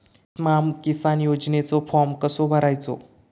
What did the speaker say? स्माम किसान योजनेचो फॉर्म कसो भरायचो?